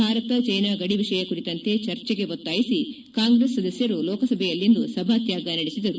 Bharat China ಗಡಿ ವಿಷಯ ಕುರಿತಂತೆ ಚರ್ಚೆಗೆ ಒತ್ನಾಯಿಸಿ ಕಾಂಗ್ರೆಸ್ ಸದಸ್ನರು ಲೋಕಸಭೆಯಲ್ಲಿಂದು ಸಭಾತ್ನಾಗ ನಡೆಸಿದರು